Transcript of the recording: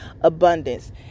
abundance